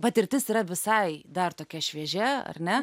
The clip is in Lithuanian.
patirtis yra visai dar tokia šviežia ar ne